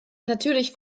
natürlich